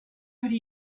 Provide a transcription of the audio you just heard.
could